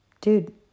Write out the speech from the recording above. Dude